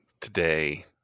today